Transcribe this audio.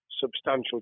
substantial